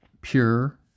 pure